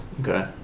Okay